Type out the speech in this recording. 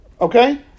Okay